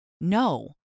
No